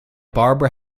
barbara